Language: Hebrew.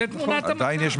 זו תמונת המצב.